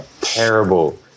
terrible